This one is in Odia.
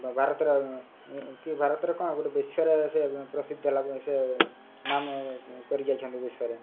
ଭାରତର କି ଭାରତରେ କ'ଣ ଗୋଟେ ବିଶ୍ୱରେ ସେ ପ୍ରସିଦ୍ଧ ଲାଗୁ ସେ ନାମ କରି ଯାଇଛନ୍ତି ବିଶ୍ୱରେ